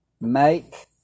Make